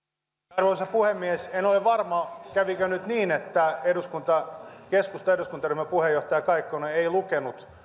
arvoisa puhemies en ole varma kävikö nyt niin että keskustan eduskuntaryhmän puheenjohtaja kaikkonen ei lukenut